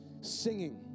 Singing